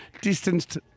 distanced